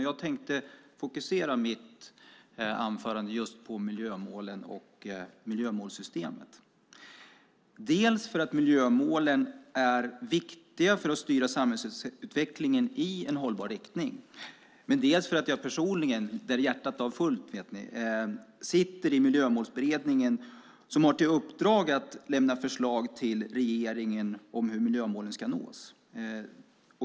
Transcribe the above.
Jag tänkte i mitt anförande fokusera just på miljömålen och miljömålssystemet, dels för att miljömålen är viktiga för att styra samhällsutvecklingen i en hållbar riktning, dels för att jag personligen - "varav hjärtat är fullt", vet ni - sitter i Miljömålsberedningen, som har till uppdrag att lämna förslag till regeringen om hur miljömålen ska nås.